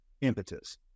impetus